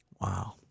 Wow